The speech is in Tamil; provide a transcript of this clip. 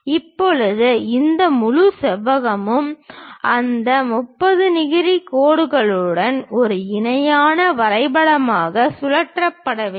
இப்போது இந்த முழு செவ்வகமும் அந்த 30 டிகிரி கோடுடன் ஒரு இணையான வரைபடமாக சுழற்றப்பட வேண்டும்